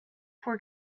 for